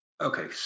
Okay